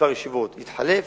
לכמה ישיבות, יתחלף.